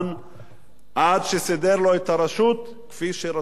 עד שסידר לו את הרשות כפי שהוא רוצה.